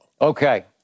Okay